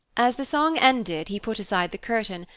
as the song ended, he put aside the curtain,